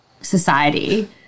society